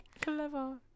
Clever